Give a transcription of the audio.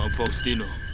um faustino.